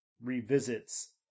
revisits